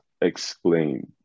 explain